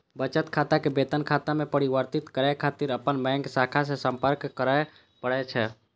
बचत खाता कें वेतन खाता मे परिवर्तित करै खातिर अपन बैंक शाखा सं संपर्क करय पड़ै छै